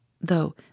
though